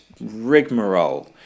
rigmarole